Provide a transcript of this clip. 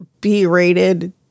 B-rated